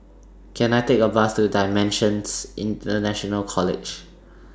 Can I Take A Bus to DImensions International College